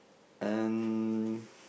and